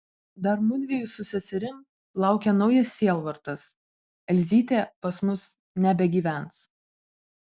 dar mudviejų su seserim laukia naujas sielvartas elzytė pas mus nebegyvens